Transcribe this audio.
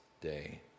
day